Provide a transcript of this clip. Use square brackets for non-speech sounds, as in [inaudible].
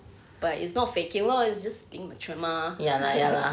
but it's not faking lor it's just immature mah [laughs]